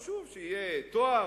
ולכן חשוב שיהיה תואר,